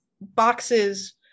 boxes